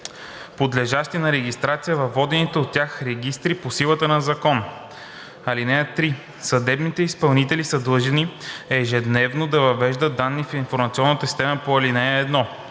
подлежащи на регистрация във водените от тях регистри по силата на закон. (3) Съдебните изпълнители са длъжни ежедневно да въвеждат данни в информационната система по ал. 1.